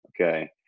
Okay